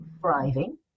thriving